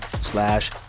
slash